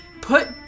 put